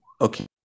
okay